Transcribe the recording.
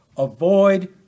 Avoid